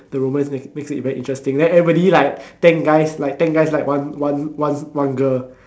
the romance make makes it very interesting then everybody like ten guys like ten guys like one one one one one girl